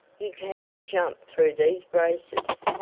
you cannot jump through these braces.